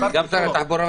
המשפטים